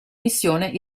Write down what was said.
missione